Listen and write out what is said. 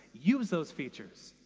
use those features,